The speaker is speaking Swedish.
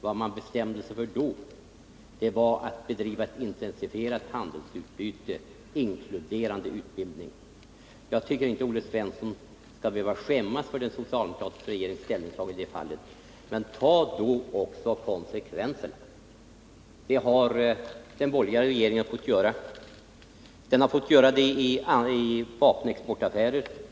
Vad man bestämde sig för då var att bedriva ett intensifierat handelsutbyte inkluderande utbildning. Jag tycker inte att Olle Svensson skall behöva skämmas för den socialdemokratiska regeringens ställningstagande i det fallet. Men tag då också konsekvenserna! Det har den borgerliga regeringen fått göra. Den har fått göra det i vapenexportaffärer.